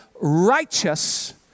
righteous